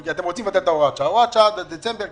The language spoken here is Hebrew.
אגב, אני גם אומר